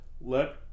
let